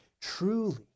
truly